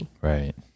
Right